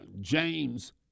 James